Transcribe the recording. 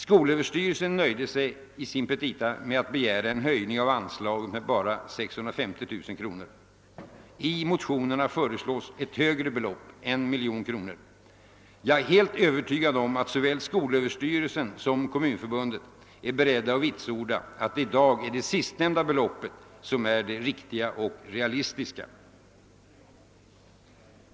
Skolöverstvrelsen nöjde sig i sina petita med att begära en höjning av anslaget med 650 000 kr. I motionerna föreslås ett högre belopp: 1 miljon kronor. Jag är heit övertygad om att såväl skolöverstyrelsen som Kommunförbundet är redo att vitsorda att det sistnämnda beloppet i dag är det riktiga och realistiska.